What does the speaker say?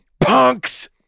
punks